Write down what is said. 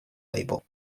label